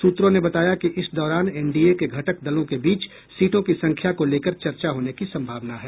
सूत्रों ने बताया कि इस दौरान एनडीए के घटक दलों के बीच सीटों की संख्या को लेकर चर्चा होने की संभावना है